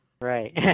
Right